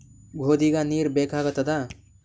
ಗೋಧಿಗ ನೀರ್ ಬೇಕಾಗತದ?